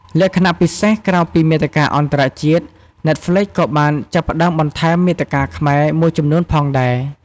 លក្ខណៈពិសេស ក្រៅពីមាតិកាអន្តរជាតិ ណែតហ្ល្វិចក៏បានចាប់ផ្ដើមបន្ថែម មាតិកាខ្មែរ មួយចំនួនផងដែរ។